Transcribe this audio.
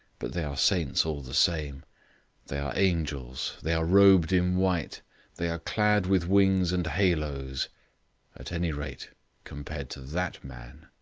but they are saints all the same they are angels they are robed in white they are clad with wings and haloes at any rate compared to that man.